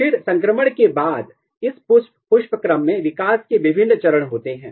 फिर संक्रमण के बाद इस पुष्पक्रम में विकास के विभिन्न चरण होते हैं